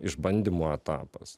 išbandymų etapas